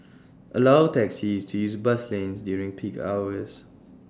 allow taxis to use bus lanes during peak hours